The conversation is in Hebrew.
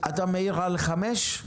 אתה מעיר על סעיף 5?